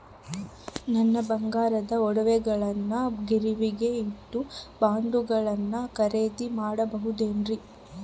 ನನ್ನ ಬಂಗಾರದ ಒಡವೆಗಳನ್ನ ಗಿರಿವಿಗೆ ಇಟ್ಟು ಬಾಂಡುಗಳನ್ನ ಖರೇದಿ ಮಾಡಬಹುದೇನ್ರಿ?